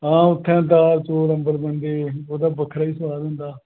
आं उत्थें दाल चौल अम्बल बनदे ओह्दा बक्खरा ई सोआद होंदा